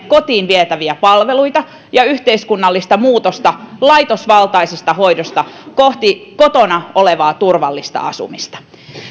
kotiin vietäviä palveluita ja yhteiskunnallista muutosta laitosvaltaisesta hoidosta kohti kotona olevaa turvallista asumista